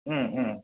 Om Om